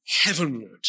heavenward